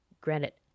granite